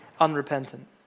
unrepentant